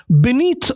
Beneath